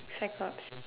Cyclops